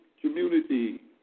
community